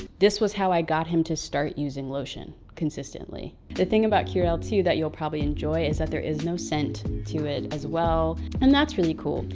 this was how i got him to start using lotion consistently. the thing about curel two, that you'll probably enjoy is that there is no scent to it as well. and that's really cool.